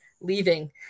Leaving